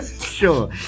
Sure